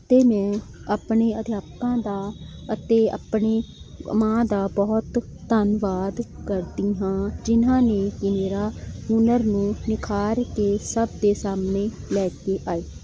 ਅਤੇ ਮੈਂ ਆਪਣੇ ਅਧਿਆਪਕਾਂ ਦਾ ਅਤੇ ਆਪਣੇ ਮਾਂ ਦਾ ਬਹੁਤ ਧੰਨਵਾਦ ਕਰਦੀ ਹਾਂ ਜਿਹਨਾਂ ਨੇ ਕਿ ਮੇਰਾ ਹੁਨਰ ਨੂੰ ਨਿਖਾਰ ਕੇ ਸਭ ਦੇ ਸਾਹਮਣੇ ਲੈ ਕੇ ਆਈ